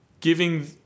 giving